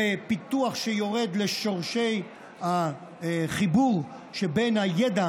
בפיתוח שיורד לשורשי החיבור שבין הידע